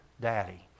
daddy